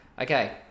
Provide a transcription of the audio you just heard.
Okay